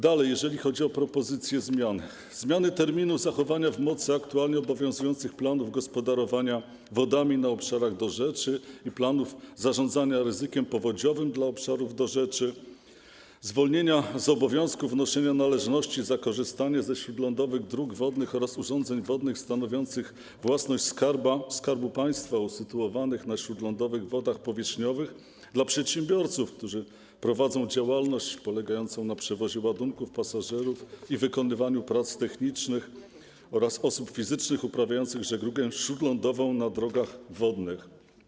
Dalej propozycje zmian dotyczą zmiany terminu zachowania mocy aktualnie obowiązujących planów gospodarowania wodami na obszarach dorzeczy i planów zarządzania ryzykiem powodziowym dla obszarów dorzeczy, zwolnienia z obowiązku wnoszenia należności za korzystanie ze śródlądowych dróg wodnych oraz urządzeń wodnych stanowiących własność Skarbu Państwa, usytuowanych na śródlądowych wodach powierzchniowych, dla przedsiębiorców, którzy prowadzą działalność polegającą na przewozie ładunków, pasażerów i wykonywaniu prac technicznych oraz osób fizycznych uprawiających żeglugę śródlądową na drogach wodnych.